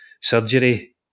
surgery